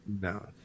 No